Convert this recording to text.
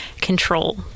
control